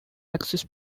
access